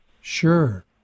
Sure